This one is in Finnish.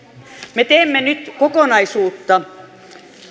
me teemme nyt kokonaisuutta